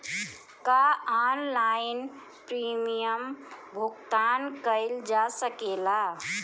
का online premium भुगतान कईल जा सकेला?